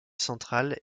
centrale